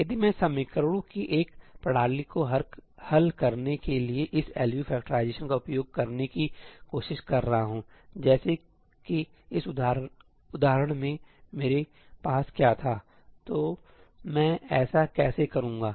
यदि मैं समीकरणों की एक प्रणाली को हल करने के लिए इस एलयू फैक्टराइजेशन का उपयोग करने की कोशिश कर रहा हूं जैसे कि इस उदाहरण में मेरे पास क्या था तो मैं ऐसा कैसे करूंगा